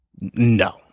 No